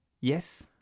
Yes